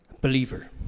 Believer